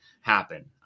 happen